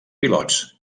pilots